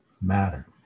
matter